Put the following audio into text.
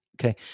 Okay